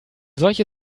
solche